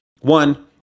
one